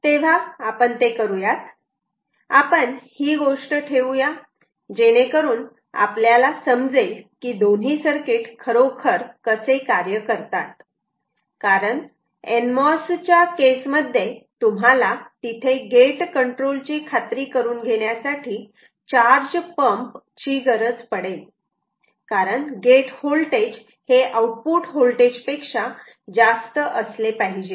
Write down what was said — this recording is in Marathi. तेव्हा आपण ते करूयात आपण ही गोष्ट ठेवूया जेणेकरून आपल्याला समजेल की दोन्ही सर्किट खरोखर कसे कार्य करतात कारण nmos च्या केस मध्ये तुम्हाला तिथे गेट कंट्रोल ची खात्री करून घेण्यासाठी चार्ज पंप ची गरज पडेल कारण गेट व्होल्टेज हे आउटपुट व्होल्टेज पेक्षा जास्त असले पाहिजे